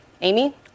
Amy